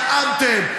נאמתם,